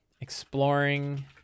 exploring